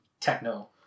techno